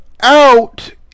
out